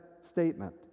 statement